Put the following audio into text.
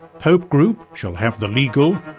pope group shall have the legal,